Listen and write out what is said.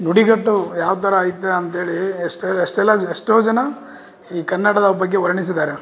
ನುಡಿಗಟ್ಟು ಯಾವ್ತರ ಐತೆ ಅಂತೇಳಿ ಎಷ್ಟೆಲ್ಲ ಎಷ್ಟೋ ಜನ ಈ ಕನ್ನಡದ ಬಗ್ಗೆ ವರ್ಣಿಸಿದ್ದಾರೆ